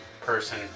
person